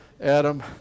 Adam